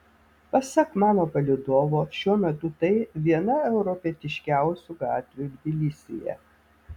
pasak mano palydovo šiuo metu tai viena europietiškiausių gatvių tbilisyje